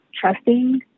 trusting